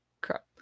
Crap